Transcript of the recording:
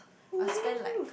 I spend like